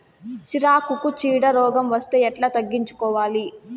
సిరాకుకు చీడ రోగం వస్తే ఎట్లా తగ్గించుకోవాలి?